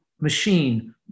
machine